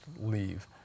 leave